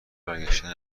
برگشتن